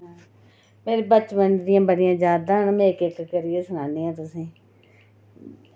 मेरे बचपन दियां बड़ियां यादां न में इक इक करियै सनानियां तुसेंगी